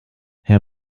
herr